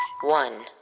One